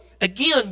again